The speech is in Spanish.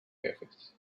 jefes